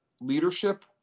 leadership